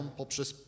poprzez